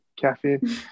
caffeine